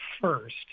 first